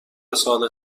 سال